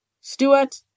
Stewart